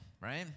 right